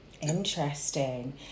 Interesting